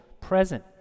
present